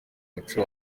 imico